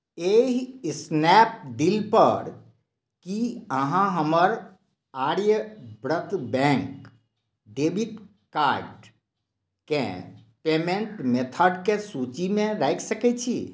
एहि स्नैपडीलपर की अहाँ हमर आर्यावर्त बैंक डेबिट कार्डकेँ पेमेण्ट मेथडके सूचीमे राखि सकैत छी